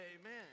amen